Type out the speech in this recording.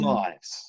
lives